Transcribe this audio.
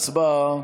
הצבעה.